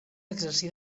exercí